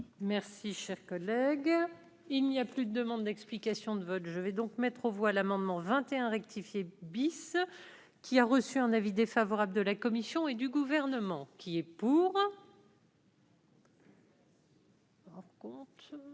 Merci, cher collègue, il n'y a plus de demandes d'explications de vote, je vais donc mettre aux voix l'amendement 21 rectifié bis qui a reçu un avis défavorable de la Commission et du gouvernement qui est pour.